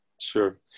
Sure